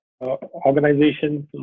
organizations